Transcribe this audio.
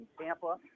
Tampa